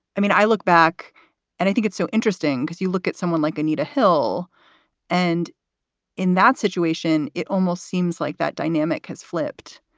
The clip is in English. i mean, i look back and i think it's so interesting because you look at someone like anita hill and in that situation, it almost seems like that dynamic has flipped.